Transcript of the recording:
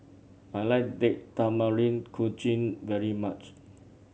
I like Date Tamarind Chutney very much